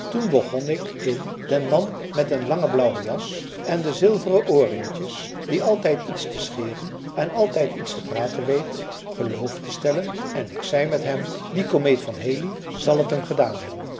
plukte toen begon ik in den man met den langen blauwen jas en de zilveren oorringetjes die altijd iets te scheren en altijd iets te praten weet geloof te stellen en ik zei met hem die komeet van halley zal het hem gedaan hebben